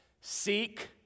seek